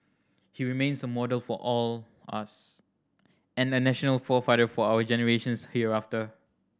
he remains a model for all us and a national forefather for our generations hereafter